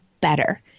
better